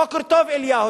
בוקר טוב אליהו.